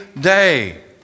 day